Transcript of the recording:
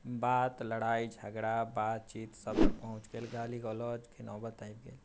बात लड़ाइ झगड़ा बातचीत सभ पर पहुँच गेल गाली गलौज के नौबत आबि गेल